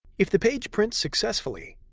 if the page prints successfully,